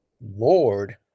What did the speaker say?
Lord